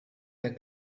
der